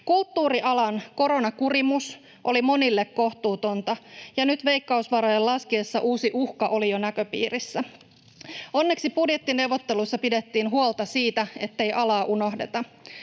Kulttuurialan koronakurimus oli monille kohtuutonta, ja nyt veikkausvarojen laskiessa uusi uhka oli jo näköpiirissä. Onneksi budjettineuvotteluissa pidettiin huolta siitä, ettei alaa unohdeta.